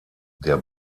der